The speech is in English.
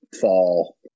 fall